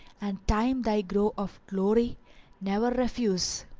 and time thy growth of glory ne'er refuse!